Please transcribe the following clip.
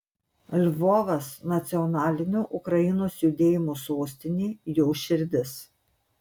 lvovas nacionalinio ukrainos judėjimo sostinė jo širdis